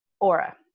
aura